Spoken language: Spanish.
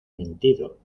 mentido